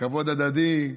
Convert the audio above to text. כבוד הדדי.